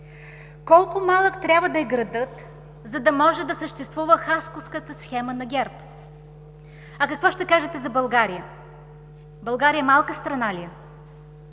Колко малък трябва да е градът, за да може да съществува Хасковската схема на ГЕРБ? А какво ще кажете за България? България малка страна ли е?